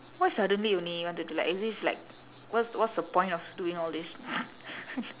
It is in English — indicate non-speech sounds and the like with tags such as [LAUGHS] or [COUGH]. why suddenly only you want to do like as if like what's what's the point of doing all this [LAUGHS]